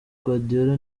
guardiola